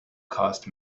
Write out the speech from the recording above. cost